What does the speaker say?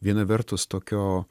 viena vertus tokio